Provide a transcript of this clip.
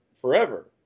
forever